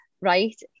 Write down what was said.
Right